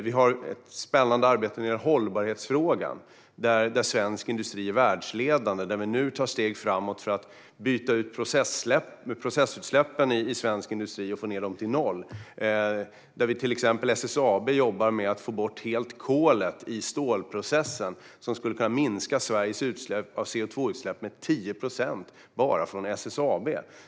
Vi har ett spännande arbete med hållbarhetsfrågan. Här är svensk industri världsledande. Nu tar vi steg framåt för att byta ut processutsläppen i svensk industri och få ned dem till noll. Till exempel jobbar SSAB med att helt få bort kolet i stålprocessen. Enbart detta skulle kunna minska Sveriges koldioxidutsläpp med 10 procent.